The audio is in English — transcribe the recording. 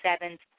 sevens